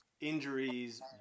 injuries